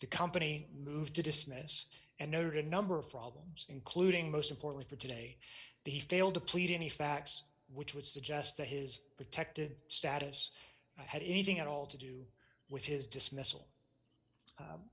the company moved to dismiss and noted a number of problems including most important for today they failed to plead any facts which would suggest that his protected status had anything at all to do with his dismiss